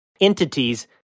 entities